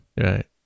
Right